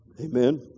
Amen